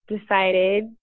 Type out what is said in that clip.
decided